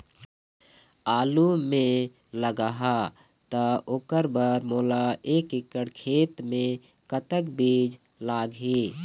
आलू मे लगाहा त ओकर बर मोला एक एकड़ खेत मे कतक बीज लाग ही?